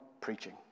preaching